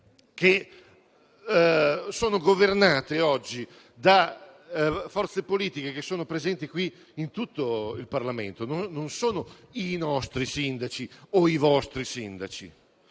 che sono governate oggi da forze politiche di tutto il Parlamento; non sono i nostri sindaci o i vostri sindaci: